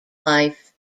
life